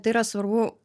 tai yra svarbu